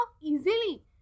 easily